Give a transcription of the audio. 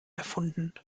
erfunden